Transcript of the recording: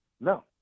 No